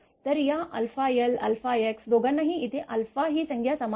तर या αl αx दोघांनाही इथे ही संज्ञा समान आहे